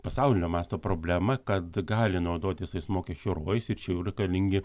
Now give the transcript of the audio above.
pasaulinio masto problema kad gali naudotis mokesčių rojus ir čia jau reikalingi